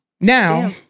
Now